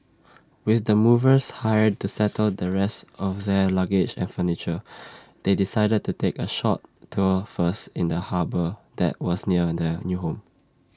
with the movers hired to settle the rest of their luggage and furniture they decided to take A short tour first in the harbour that was near their new home